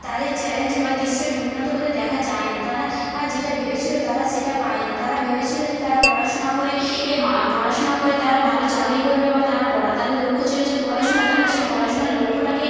তাদের চ্যালেঞ্জ বা দৃশ্যটি উন্নত হতে দেখা যায়নি তারা আ যেটা ভেবেছিল তারা সেটা পায়নি তারা ভেবেছিল যে তারা পড়াশোনা করে এ মা পড়াশোনা করে তারা ভালো চাকরি করবে বা তারা পড়া তাদের লক্ষ্য ছিল যে পড়াশোনা তারা সে পড়াশোনার লক্ষ্যটাকে